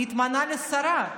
היא התמנתה לשרה,